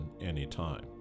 anytime